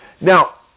Now